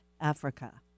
Africa